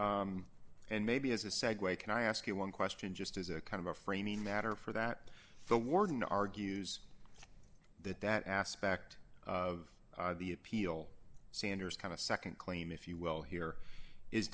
brief and maybe as a segue can i ask you one question just as a kind of a framing matter for that the warden argues that that aspect of the appeal sanders kind of nd claim if you will here is